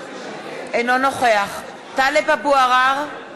אינו נוכח טלב אבו עראר,